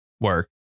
Work